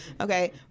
Okay